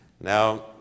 Now